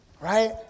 Right